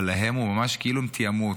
אבל להם הוא ממש כאילו הם תיאמו אותו,